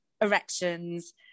erections